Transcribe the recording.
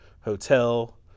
hotel